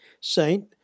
saint